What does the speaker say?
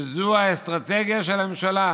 שזו האסטרטגיה של הממשלה: